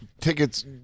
tickets